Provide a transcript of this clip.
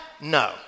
No